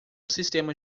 sistema